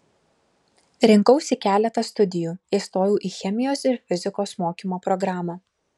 rinkausi keletą studijų įstojau į chemijos ir fizikos mokymo programą